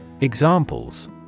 Examples